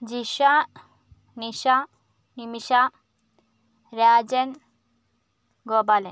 Jisha Nisha Nimisha Rajan Gopalan